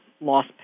loss